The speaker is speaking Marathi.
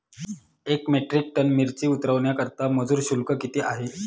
एक मेट्रिक टन मिरची उतरवण्याकरता मजुर शुल्क किती आहे?